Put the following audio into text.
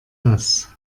das